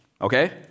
okay